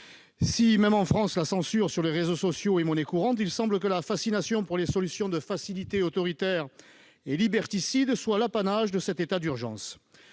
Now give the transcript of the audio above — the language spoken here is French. Si même en France la censure sur les réseaux sociaux est monnaie courante, il semble que la fascination pour les solutions de facilité autoritaires et liberticides soit l'apanage de cet état d'urgence.